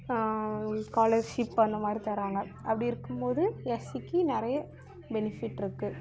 scholarship அந்த மாதிரி தராங்க அப்படி இருக்குமோது எஸ்சிக்கு நிறைய பெனிஃபிட்ருக்கு